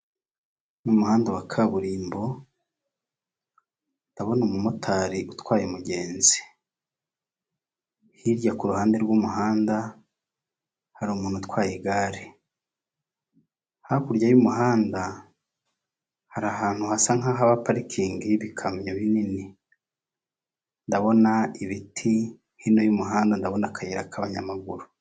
Mu muhanda wa kaburimbo ndabona umumotari utwaye umugenzi, hirya ku ruhande rw'umuhanda hari umuntu utwaye igare, hakurya y'umuhanda hari ahantu hasa nk'ahaba parikingi y'ibikamyo binini, ndabona ibiti hino y'umuhanda ndabona akayira k'abanyamaguru.